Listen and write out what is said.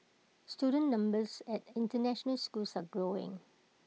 student numbers at International schools are growing